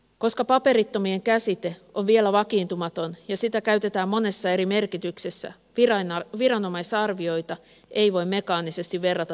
koska paperittomien käsite on vielä vakiintumaton ja sitä käytetään monessa eri merkityksessä viranomaisarvioita ei voi mekaanisesti verrata toisiinsa